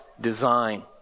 design